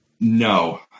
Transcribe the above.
no